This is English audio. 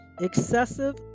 excessive